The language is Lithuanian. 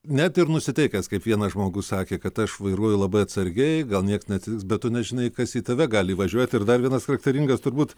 net ir nusiteikęs kaip vienas žmogus sakė kad aš vairuoju labai atsargiai gal nieks neatsitiks bet tu nežinai kas į tave gali įvažiuot ir dar vienas charakteringas turbūt